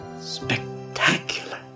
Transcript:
spectacular